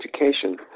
education